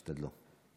תשתדלו.